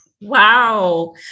Wow